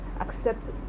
accept